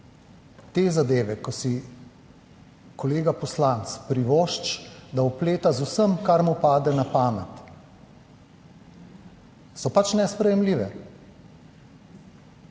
te zadeve, ko si koga poslanec privošči, da vpleta z vsem, kar mu pade na pamet, so pač nesprejemljive.